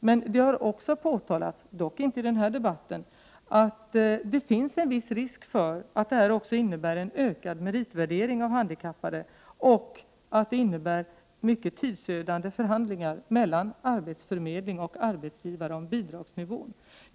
Men det har påtalats, dock inte i debatten i dag, att det finns en viss risk för en ökad meritvärdering av handikappade och mycket tidsödande förhandlingar mellan arbetsförmedling och arbetsgivarna om bidragsnivån.